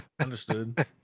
Understood